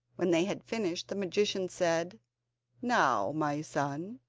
when they had finished the magician said now, my son,